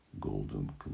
golden